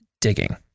digging